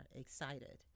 excited